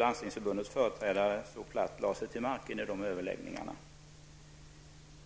Landstingsförbundets företrädare så platt lade sig till marken i de överläggningarna.